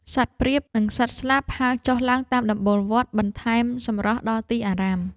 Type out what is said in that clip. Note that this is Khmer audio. សត្វព្រាប និងសត្វស្លាបហើរចុះឡើងតាមដំបូលវត្ត បន្ថែមសម្រស់ដល់ទីអារាម។